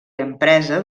empresa